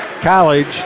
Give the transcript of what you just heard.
college